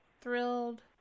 Thrilled